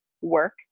work